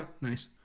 Nice